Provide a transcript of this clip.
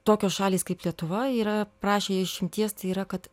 tokios šalys kaip lietuva yra prašė išimties tai yra kad